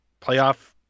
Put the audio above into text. playoff